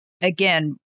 again